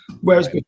whereas